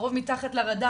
הרוב מתחת לרדאר,